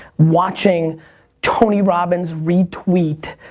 watching tony robbins retweet